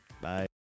Bye